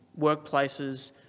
workplaces